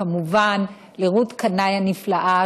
וכמובן לרות קנאי הנפלאה,